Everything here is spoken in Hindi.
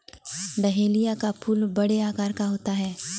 डहेलिया का फूल बड़े आकार का होता है